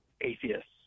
atheists